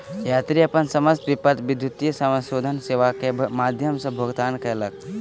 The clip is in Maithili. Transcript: यात्री अपन समस्त विपत्र विद्युतीय समाशोधन सेवा के माध्यम सॅ भुगतान कयलक